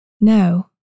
No